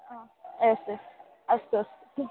S एस् अस्तु अस्तु